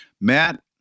Matt